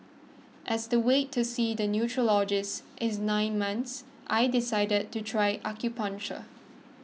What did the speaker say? as the wait to see the neurologist is nine months I decided to try acupuncture